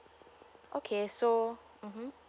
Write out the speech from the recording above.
okay so mmhmm